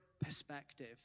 perspective